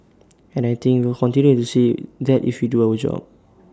and I think we'll continue to see that if we do our job